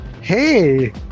Hey